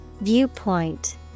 Viewpoint